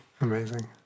Amazing